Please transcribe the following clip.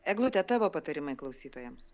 eglute tavo patarimai klausytojams